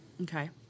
Okay